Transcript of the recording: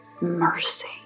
mercy